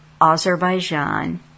Azerbaijan